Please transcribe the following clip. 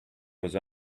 was